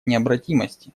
необратимости